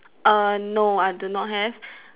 uh no I do not have